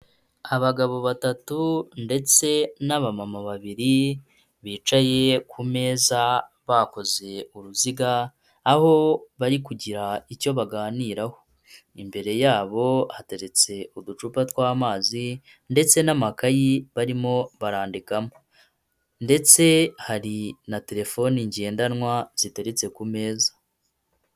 Abagabo batatu ndetse n'abamama babiri bicaye ku meza bakoze uruziga aho bari kugira icyo baganiraho. Imbere yabo hateretse uducupa tw'amazi ndetse n'amakayi barimo barandikamo ndetse hari na telefone ngendanwa ziteretse ku meza.